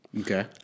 Okay